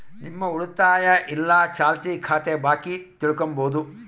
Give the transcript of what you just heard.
ನಿಮ್ಮ ಉಳಿತಾಯ ಇಲ್ಲ ಚಾಲ್ತಿ ಖಾತೆ ಬಾಕಿ ತಿಳ್ಕಂಬದು